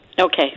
Okay